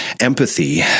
empathy